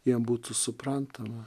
jiem būtų suprantama